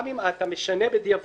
גם אם אתה משנה בדיעבד,